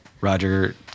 Roger